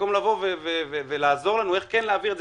במקום לבוא לעזור לנו איך כן להעביר את זה